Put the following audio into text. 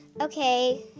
Okay